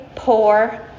Poor